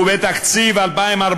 ובתקציב 2014,